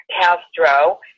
Castro